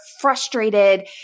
frustrated